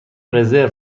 رزرو